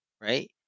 right